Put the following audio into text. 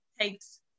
takes